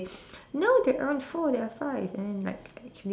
no there aren't four there are five and then like actually